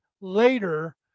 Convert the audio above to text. later